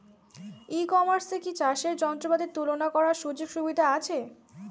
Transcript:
ই কমার্সে কি চাষের যন্ত্রপাতি তুলনা করার সুযোগ সুবিধা আছে?